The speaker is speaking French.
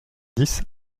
dix